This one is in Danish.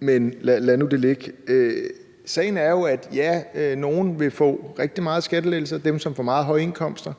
Men lad nu det ligge. Sagen er jo, at ja, nogle vil få rigtig meget i skattelettelse – dem, som har meget høje indkomster